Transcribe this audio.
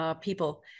people